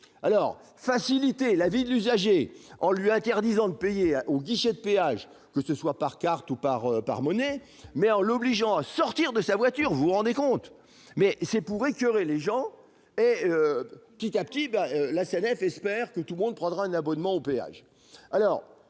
faciliter la vie de l'usager en lui interdisant de payer au guichet, que ce soit par carte ou en espèces, et en l'obligeant à sortir de sa voiture, vous vous rendez compte, c'est à en écoeurer les gens ! Petit à petit, la SANEF espère que tout le monde prendra un abonnement au péage.